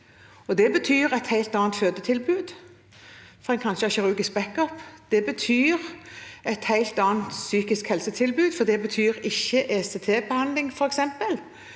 Det betyr et helt annet fødetilbud, for en kan ikke ha kirurgisk backup. Det betyr et helt annet psykisk helsetilbud, for det betyr ikke ECT-behandling, f.eks.